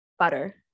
butter